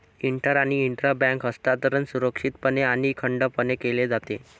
inter आणि intra bank हस्तांतरण सुरक्षितपणे आणि अखंडपणे केले जाते